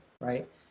right